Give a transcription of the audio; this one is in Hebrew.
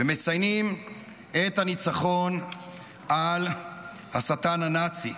ומציינים את הניצחון על השטן הנאצי.